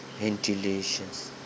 ventilations